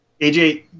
AJ